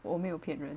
我没有骗人